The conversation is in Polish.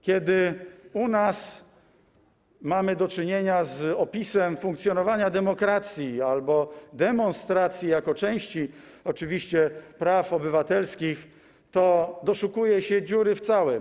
Kiedy u nas mamy do czynienia z opisem funkcjonowania demokracji albo demonstracji jako części oczywiście praw obywatelskich, to ktoś doszukuje się dziury w całym.